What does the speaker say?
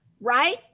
right